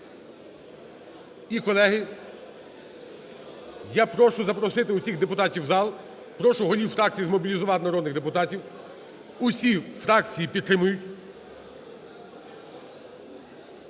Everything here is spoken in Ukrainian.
І, колеги, я прошу запросити всіх депутатів у зал. Прошу голів фракцій змобілізувати народних депутатів. Усі фракції підтримують.